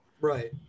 Right